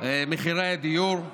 מחירי הדיור.